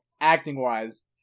acting-wise